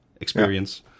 experience